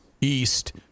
east